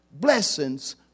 blessings